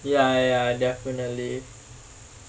ya ya ya definitely